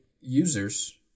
users